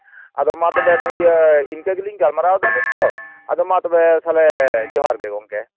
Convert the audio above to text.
ᱟᱫᱚ ᱢᱟ ᱛᱚᱵᱮ ᱤᱱᱠᱟᱹ ᱜᱮᱞᱤᱧ ᱜᱟᱞᱢᱟᱨᱟᱣ ᱫᱟ ᱱᱤᱛ ᱫᱚ ᱟᱫᱚ ᱢᱟ ᱛᱚᱵᱮ ᱛᱟᱦᱞᱮ ᱡᱚᱦᱟᱨ ᱜᱮ ᱜᱚᱝᱠᱮ